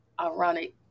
ironic